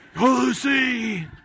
Lucy